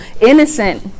innocent